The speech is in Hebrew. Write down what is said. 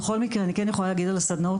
בכל מקרה, אני כן יכולה להגיד על הסדנאות,